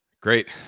Great